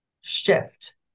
shift